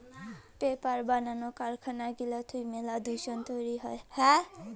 paper বানানো কারখানা গিলা থুই মেলা দূষণ তৈরী হই